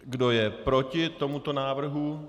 Kdo je proti tomuto návrhu?